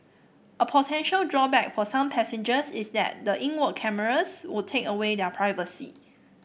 a potential drawback for some passengers is that the inward cameras would take away their privacy